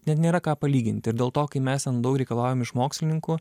net nėra ką palyginti ir dėl to kai mes ten daug reikalaujam iš mokslininkų